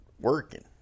working